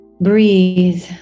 breathe